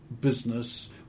business